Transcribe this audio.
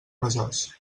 besòs